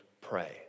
pray